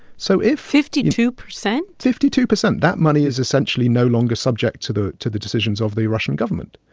so if. fifty-two percent? fifty-two percent. that money is, essentially, no longer subject to the to the decisions of the russian government.